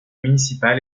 municipal